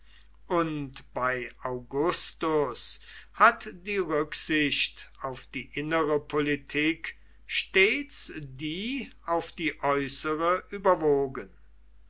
und bei augustus hat die rücksicht auf die innere politik stets die auf die äußere überwogen